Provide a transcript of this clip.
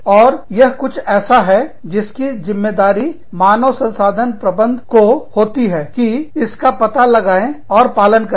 और यह कुछ ऐसा है जिसकी जिम्मेदारी मानव संसाधन प्रबंध की होती है कि इसका पता लगाएं और पालन करें